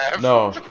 No